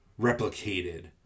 replicated